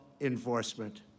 enforcement